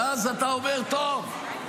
ואז אתה אומר: טוב,